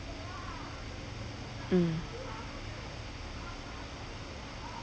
mm